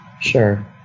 Sure